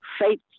Faith